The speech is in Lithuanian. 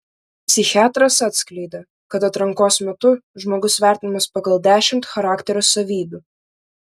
psichiatras atskleidė kad atrankos metu žmogus vertinamas pagal dešimt charakterio savybių